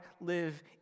live